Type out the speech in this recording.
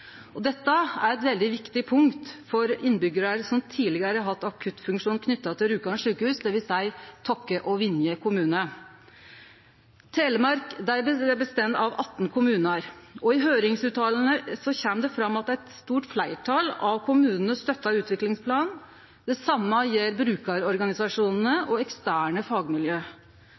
akuttfunksjonen. Dette er eit veldig viktig punkt for innbyggjarar som tidlegare har hatt akuttfunksjon knytt til Rjukan sjukehus, dvs. Tokke og Vinje kommune. Telemark består av 18 kommunar, og i høyringsfråsegnene kjem det fram at eit stort fleirtal av kommunane støttar utviklingsplanen. Det same gjer brukarorganisasjonane og eksterne fagmiljø.